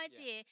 idea